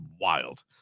wild